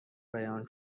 بیان